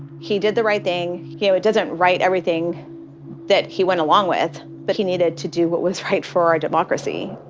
he did the right thing. you know, it doesn't right everything that he went along with but he needed to do what was right for our democracy.